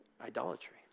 idolatry